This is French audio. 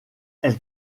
elle